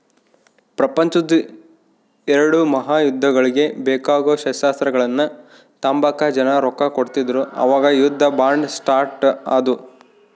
ಪ್ರಪಂಚುದ್ ಎಲ್ಡೂ ಮಹಾಯುದ್ದಗುಳ್ಗೆ ಬೇಕಾಗೋ ಶಸ್ತ್ರಗಳ್ನ ತಾಂಬಕ ಜನ ರೊಕ್ಕ ಕೊಡ್ತಿದ್ರು ಅವಾಗ ಯುದ್ಧ ಬಾಂಡ್ ಸ್ಟಾರ್ಟ್ ಆದ್ವು